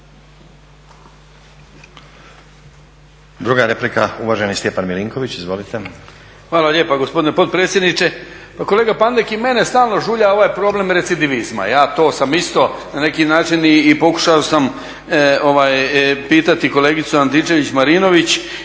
Druga replika, uvaženi Stjepan Milinković. Izvolite. **Milinković, Stjepan (HDZ)** Hvala lijepa gospodine potpredsjedniče. Pa kolega Pandek i mene stalno žulja ovaj problem recidivizma. Ja to sam isto na neki način pokušao sam pitati kolegicu Antičević-Marinović